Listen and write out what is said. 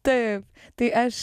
taip tai aš